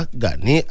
gani